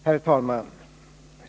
Herr talman!